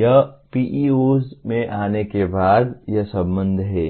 यह PEOs में आने के बाद यह संबंध है